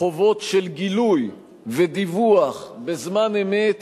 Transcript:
חובות של גילוי ודיווח בזמן אמת